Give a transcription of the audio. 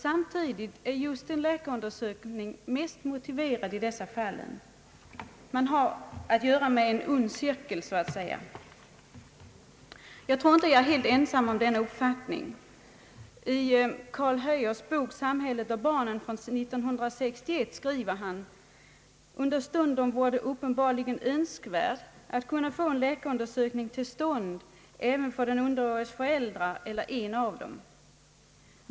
Samtidigt är läkarundersökning motiverad just i dessa fall. Man har att göra med en ond cirkel. Jag tror inte att jag är helt ensam om denna uppfattning. Karl Höjer skriver i sin bok Samhället och barnen från 1961: »Understundom vore det uppenbarligen önskvärt att kunna få en läkarundersökning till stånd även för den underåriges föräldrar eller en av dem.